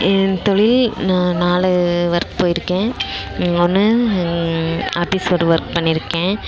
என் தொழில் நான் நாலு வொர்க் போயிருக்கேன் ஒன்று ஆபீஸில் ஒரு வொர்க் பண்ணியிருக்கேன்